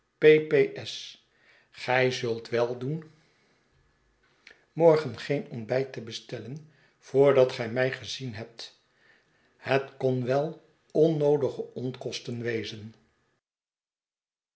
s gij zult wel doen morgen geen het tweegevecht te great winglebury ontbijt te bestellen voordat gij mij gezien hebt het kon wel onnoodige onkosten wezen